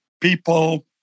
people